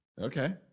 Okay